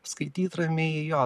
skaityt ramiai jo